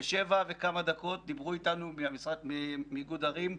ב-07:00 וכמה דקות דיברו אתנו מאיגוד ערים,